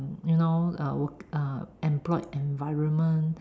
you know uh employed environment